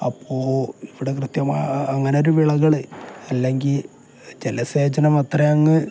അപ്പോൾ ഇവിടെ കൃത്യമായ അങ്ങനെ ഒരു വിളകൾ അല്ലെങ്കിൽ ജലസേചനം അത്ര അങ്ങ്